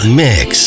mix